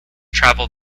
travel